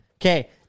Okay